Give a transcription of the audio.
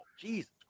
Jesus